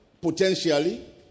Potentially